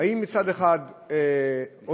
האם מצד אחד עוזרים